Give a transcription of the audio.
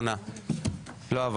הצבעה בעד, 6 נגד, 8 נמנעים, אין לא אושר.